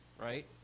right